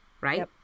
right